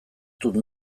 dut